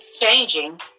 changing